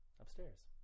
upstairs